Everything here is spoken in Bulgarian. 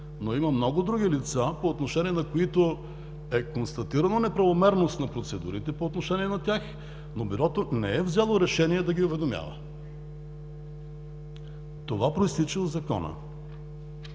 но има много други лица, по отношение на които е констатирано неправомерност на процедурите по отношение на тях, но Бюрото не е взело решение да ги уведомява. Това произтича от Закона.